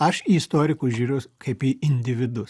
aš į istorikus žiūriu kaip į individus